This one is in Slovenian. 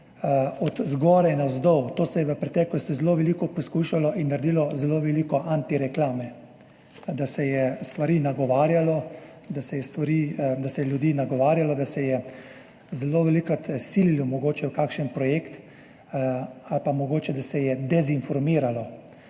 od zgoraj navzdol. To se je v preteklosti zelo veliko poskušalo in naredilo zelo veliko antireklame, da se je stvari nagovarjalo, da se je ljudi nagovarjalo, da se je zelo velikokrat sililo mogoče v kakšen projekt, ali pa mogoče, da se je dezinformiralo.